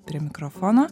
prie mikrofono